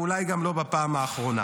ואולי גם לא בפעם האחרונה.